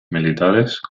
militares